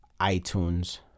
iTunes